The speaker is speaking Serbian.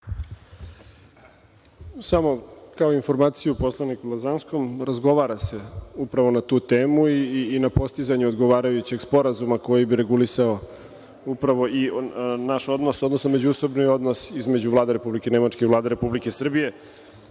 Samo kao informaciju poslaniku Lazanskom. Razgovara se upravo na tu temu i na postizanju odgovarajućeg sporazuma koji bi regulisao naš odnos i međusobni odnos između Vlade Republike Nemačke i Vlade Republike Srbije.Za